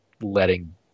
letting